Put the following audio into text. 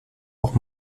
auch